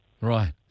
Right